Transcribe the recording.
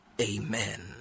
Amen